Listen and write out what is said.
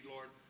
Lord